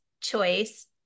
choice